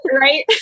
right